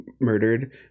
murdered